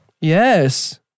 Yes